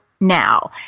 now